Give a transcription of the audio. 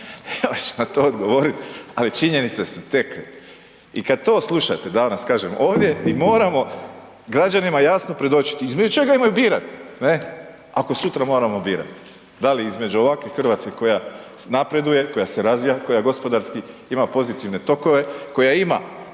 ja ću na to odgovoriti, ali činjenice su i kad to slušate danas kažem ovdje mi moramo građanima jasno predočit između čega imaju birat ne ako sutra moramo birat, da li između ovakve RH koja napreduje, koja se razvija, koja gospodarski ima pozitivne tokove, koja ima